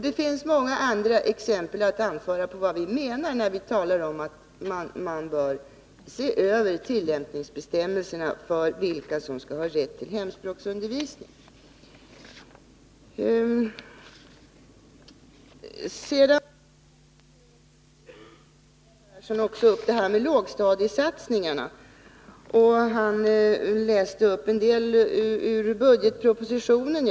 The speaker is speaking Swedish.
Det finns många andra exempel att anföra på vad vi menar när vi talar om att man bör se över tillämpningsbestämmelserna för vilka som skall ha rätt till hemspråksundervisning. Göran Persson tog också upp lågstadiesatsningarna, och han läste upp en del ur budgetpropositionen.